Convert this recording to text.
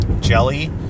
jelly